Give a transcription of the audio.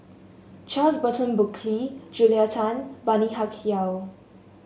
Charles Burton Buckley Julia Tan Bani Haykal